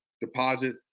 deposit